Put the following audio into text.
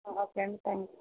okay అండి thank you